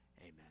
Amen